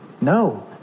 No